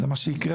זה מה שיקרה,